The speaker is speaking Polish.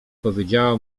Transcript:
powiedziała